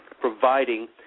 providing